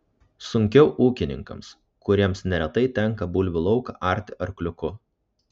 sunkiau ūkininkams kuriems neretai tenka bulvių lauką arti arkliuku